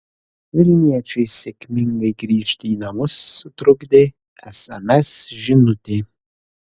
vilniečiui sėkmingai grįžti į namus sutrukdė sms žinutė